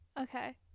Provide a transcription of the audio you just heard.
Okay